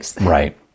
Right